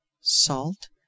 salt